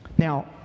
Now